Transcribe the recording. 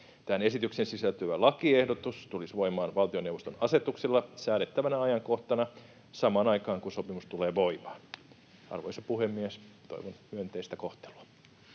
Tähän esitykseen sisältyvä lakiehdotus tulisi voimaan valtioneuvoston asetuksella säädettävänä ajankohtana samaan aikaan, kun sopimus tulee voimaan. Arvoisa puhemies! Toivon myönteistä kohtelua.